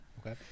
Okay